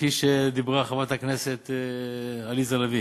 כפי שדיברה חברת הכנסת עליזה לביא,